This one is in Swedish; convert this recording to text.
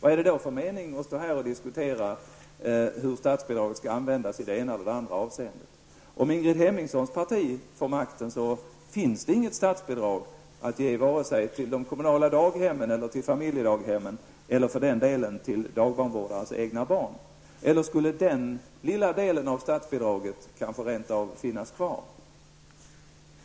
Vad är det då för mening att diskutera hur statsbidraget skall användas i det ena eller det andra avseendet? Om Ingrid Hemmingssons parti får makten, kommer det inte att finnas något statsbidrag att lämna, vare sig till de kommunala daghemmen, till familjedaghemmen eller för den delen till dagbarnvårdares egna barn. Eller skulle den här lilla andelen av statsbidraget kanske rent av finnas kvar?